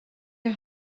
jag